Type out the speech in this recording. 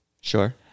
Sure